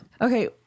Okay